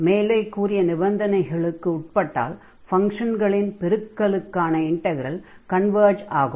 மேலே கூறிய நிபந்தனைகளுக்கு உட்பட்டால் ஃபங்ஷன்களின் பெருக்கலுக்கான இண்டக்ரல் கன்வர்ஜ் ஆகும்